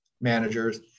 managers